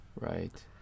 Right